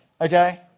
Okay